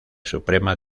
suprema